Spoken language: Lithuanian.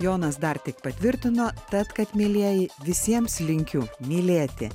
jonas dar tik patvirtino tad kad mielieji visiems linkiu mylėti